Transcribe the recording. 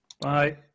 Bye